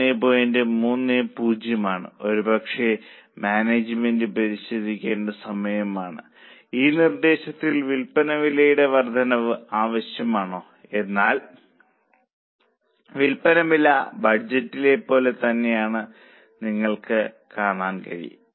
30 ആണ് ഒരുപക്ഷെ മാനേജ്മെന്റ് പരിശോധിക്കേണ്ട സമയമാണ് ഈ നിർദ്ദേശത്തിൽ വിൽപ്പന വിലയുടെ വർദ്ധനവ് ആവശ്യമാണോ എന്നാൽ വിൽപ്പന വില ബഡ്ജറ്റിലെ പോലെ തന്നെയാണെന്ന് നിങ്ങൾക്ക് കാണാൻ കഴിയും